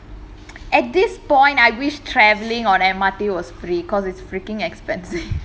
at this point I wish traveling on M_R_T was free because it's freaking expensive